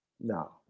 No